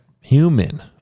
human